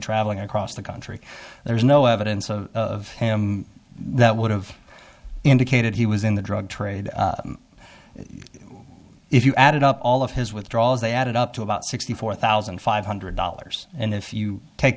travelling across the country there's no evidence of him that would have indicated he was in the drug trade if you added up all of his withdrawals they added up to about sixty four thousand five hundred dollars and if you take